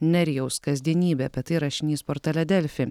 nerijaus kasdienybė apie tai rašinys portale delfi